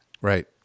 right